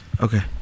Okay